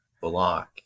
Block